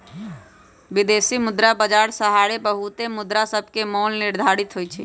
विदेशी मुद्रा बाजार सहारे बहुते मुद्रासभके मोल निर्धारित होतइ छइ